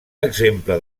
exemple